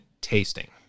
tasting